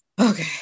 okay